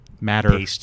matter